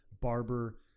barber